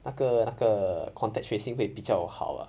那个那个 contact tracing 会比较好 ah